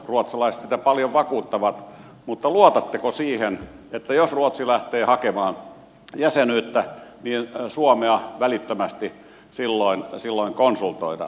ruotsalaiset sitä paljon vakuuttavat mutta luotatteko siihen että jos ruotsi lähtee hakemaan jäsenyyttä niin suomea välittömästi silloin konsultoidaan